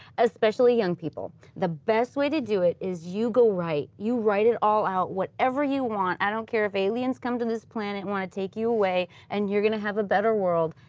especially young people. the best way to do it is you go write. you write it all out, whatever you want. i don't care if aliens come to this planet and want to take you away and you're going to have a better world.